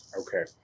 okay